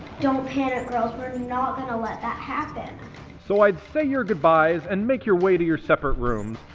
don't panic girls, we're not gonna let that happen. so i'd say your goodbyes and make your way to your separate rooms,